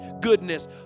goodness